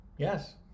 Yes